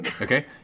Okay